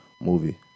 movie